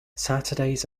saturdays